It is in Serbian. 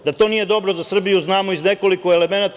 Da to nije dobro za Srbiju, znamo iz nekoliko elemenata.